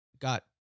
got